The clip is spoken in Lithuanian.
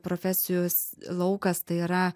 profesijos laukas tai yra